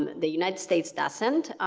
the united states doesn't,